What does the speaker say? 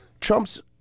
Trump's